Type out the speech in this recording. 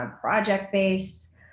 project-based